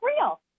real